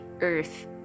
earth